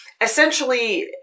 essentially